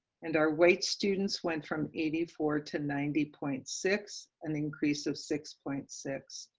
and our white students went from eighty four to ninety point six, an increase of six point six.